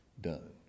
done